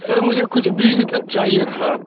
سر مجھے کچھ بیج چاہیے تھا